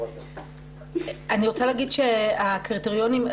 אני רוצה להגיד שהקריטריונים,